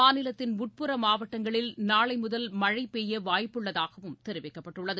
மாநிலத்தின் உட்புற மாவட்டங்களில் நாளை முதல் மழை பெய்ய வாய்ப்புள்ளதாகவும் தெரிவிக்கப்பட்டுள்ளது